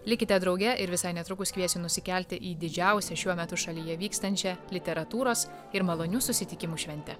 likite drauge ir visai netrukus kviesiu nusikelti į didžiausią šiuo metu šalyje vykstančią literatūros ir malonių susitikimų švente